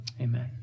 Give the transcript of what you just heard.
amen